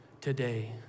today